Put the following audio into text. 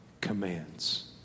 commands